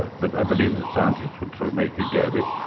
but i believe that scientists would sort of make a go of it.